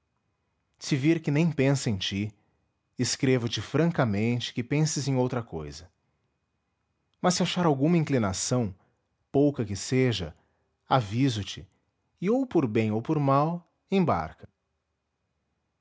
se vir que nem pensa em ti escrevo te francamente que penses em outra cousa mas se achar alguma inclinação pouca que seja aviso te e ou por bem ou por mal embarca